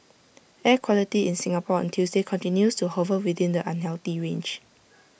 air quality in Singapore on Tuesday continues to hover within the unhealthy range